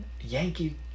Yankee